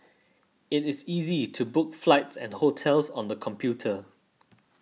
it is easy to book flights and hotels on the computer